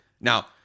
now